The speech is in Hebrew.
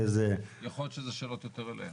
בסדר, יכול להיות שזה שאלות יותר אליהם.